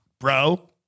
Bro